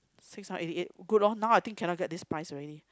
six hundred eighty eight good loh now I think cannot this price already